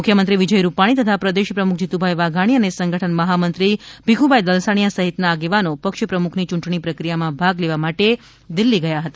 મુખ્યમંત્રી વિજય રૂપાણી તથા પ્રદેશ પ્રમુખ જીતુભાઇ વાઘાણી અને સંગઠન મહામંત્રી ભિખુભાઇ દલસાણિયા સહિતના આગેવાનો પક્ષ પ્રમુખની ચૂંટણી પ્રક્રિયામાં ભાગ લેવા માટે દિલ્હી ગયા હતા